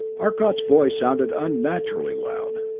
arcot's voice sounded unnaturally loud.